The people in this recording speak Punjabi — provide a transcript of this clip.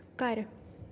ਘਰ